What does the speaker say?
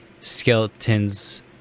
skeletons